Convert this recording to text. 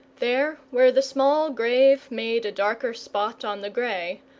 there, where the small grave made a darker spot on the grey,